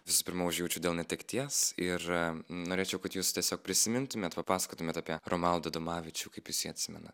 visų pirma užjaučiu dėl netekties ir norėčiau kad jūs tiesiog prisimintumėt papasakotumėt apie romaldą adomavičių kaip jūs jį atsimena